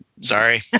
sorry